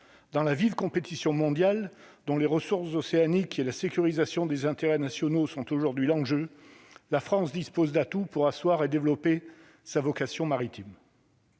dans la vive compétition mondiale dont les ressources océaniques et la sécurisation des intérêts nationaux sont aujourd'hui l'enjeu : la France dispose d'atouts pour asseoir et développer sa vocation maritime.